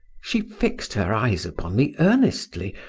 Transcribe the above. she fixed her eyes upon me earnestly,